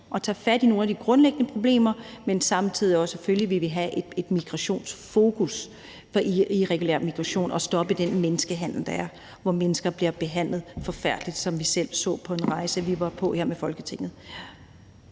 og tage fat i nogle af de grundlæggende problemer, men samtidig vil vi selvfølgelig have et migrationsfokus i forbindelse med irregulær migration og stoppe den menneskehandel, der foregår, hvor mennesker bliver behandlet forfærdeligt, hvilket vi selv så på en rejse, vi var på med Folketinget.